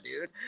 dude